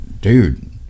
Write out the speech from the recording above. dude